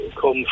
come